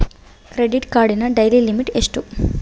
Credit ಕಾರ್ಡಿನ daily limit ಎಷ್ಟು?